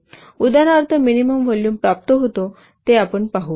उदाहरणार्थ minimum volume प्राप्त होतो ते आपण पाहू